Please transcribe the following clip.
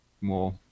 more